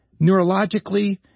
neurologically